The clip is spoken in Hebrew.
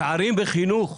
פערים בחינוך.